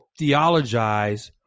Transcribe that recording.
theologize